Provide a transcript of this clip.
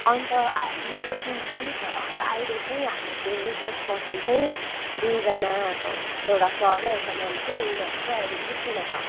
अन्त आ मेरो टिम पनि छ अन्त अहिले चाहिँ हाम्रो त्यो रिसोर्स पर्सन चाहिँ दुईजना एउटा सर र एउटा म्याम थियो उनीहरू चाहिँ अहिले छुट्टीमा छ